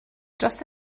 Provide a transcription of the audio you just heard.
dros